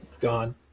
gone